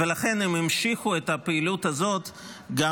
ולכן הן המשיכו את הפעילות הזאת גם